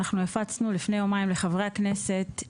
אנחנו הפצנו לפני יומיים לחברי הכנסת,